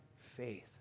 faith